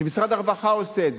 שמשרד הרווחה עושה.